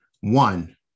One